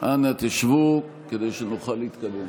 אנא תשבו כדי שנוכל להתקדם.